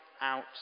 out